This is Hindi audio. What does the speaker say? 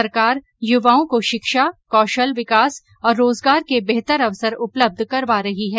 सरकार युवाओं को शिक्षा कौशल विकास और रोजगार को बेहतर अवसर उपलब्ध करवा रही है